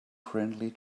friendly